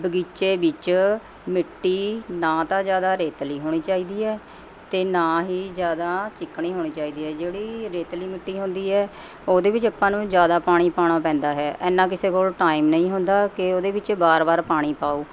ਬਗ਼ੀਚੇ ਵਿੱਚ ਮਿੱਟੀ ਨਾ ਤਾਂ ਜ਼ਿਆਦਾ ਰੇਤਲੀ ਹੋਣੀ ਚਾਹੀਦੀ ਹੈ ਅਤੇ ਨਾ ਹੀ ਜ਼ਿਆਦਾ ਚੀਕਣੀ ਹੋਣੀ ਚਾਹੀਦੀ ਹੈ ਜਿਹੜੀ ਰੇਤਲੀ ਮਿੱਟੀ ਹੁੰਦੀ ਹੈ ਉਹਦੇ ਵਿੱਚ ਆਪਾਂ ਨੂੰ ਜ਼ਿਆਦਾ ਪਾਣੀ ਪਾਉਣਾ ਪੈਂਦਾ ਹੈ ਐਨਾ ਕਿਸੇ ਕੋਲ ਟਾਈਮ ਨਹੀਂ ਹੁੰਦਾ ਕਿ ਉਹਦੇ ਵਿੱਚ ਵਾਰ ਵਾਰ ਪਾਣੀ ਪਾਉ